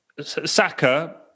Saka